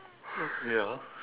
ya